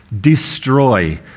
destroy